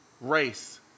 race